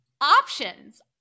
options